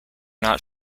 not